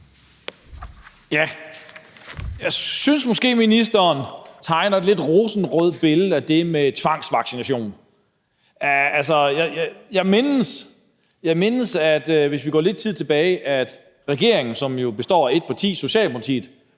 Jeg synes måske, ministeren tegner et lidt rosenrødt billede af det med tvangsvaccination. Hvis vi går lidt tid tilbage, mindes jeg, at regeringen, som jo består af ét parti, Socialdemokratiet,